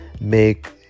make